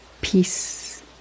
peace